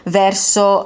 verso